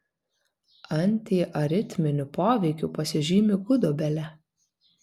antiaritminiu poveikiu pasižymi gudobelė